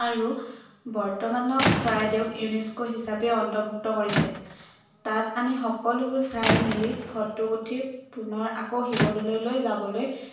আৰু বৰ্তমানত চৰাইদেউক ইউনিস্ক' হিচাপে অন্তৰ্ভুক্ত কৰিছে তাত আমি সকলোবোৰ চাই মেলি ফটো উঠি পুনৰ আকৌ শিৱদ'ললৈ যাবলৈ